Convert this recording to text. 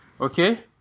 Okay